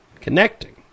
Connecting